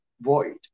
void